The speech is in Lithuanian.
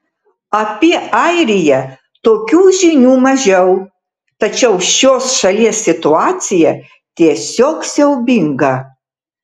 apie airiją tokių žinių mažiau tačiau šios šalies situacija tiesiog siaubinga